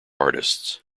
artists